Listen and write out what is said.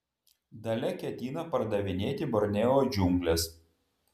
dalia ketina pardavinėti borneo džiungles